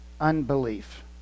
unbelief